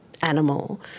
animal